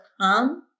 come